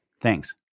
Thanks